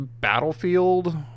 Battlefield